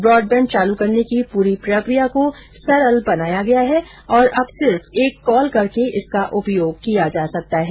broadband चालू करने की पूरी प्रकिया को सरल बनाया गया है और अब सिर्फ एक कॉल करके इसका उपयोग किया जा सकता है